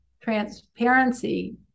transparency